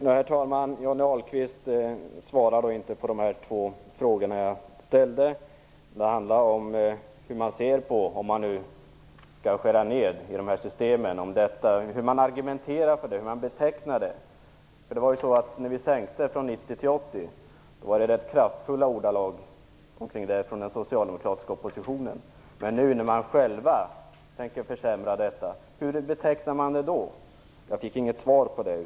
Herr talman! Johnny Ahlqvist svarade inte på det två frågorna jag ställde. Det handlar om hur man argumenterar för att skära ned i systemen och hur man betecknar det. När vi sänkte från 90 % till 80%% var det ganska kraftfulla ordalag från den socialdemokratiska oppositionen. Hur betecknar man det nu när man själv vill göra försämringar? Jag fick inget svar på det.